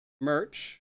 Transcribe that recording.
merch